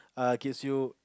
err keeps you